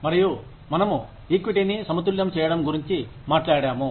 మరియు మనము ఈక్విటీని సమతుల్యం చేయడం గురించి మాట్లాడాము